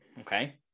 okay